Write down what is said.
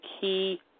key